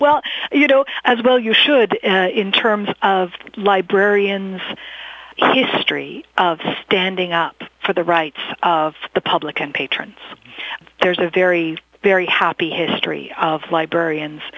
well you know as well you should in terms of librarians history of standing up for the rights of the public and patrons there's a very very happy history of librarians